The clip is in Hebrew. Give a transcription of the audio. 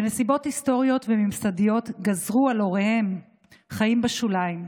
שנסיבות היסטוריות וממסדיות גזרו על הוריהם חיים בשוליים.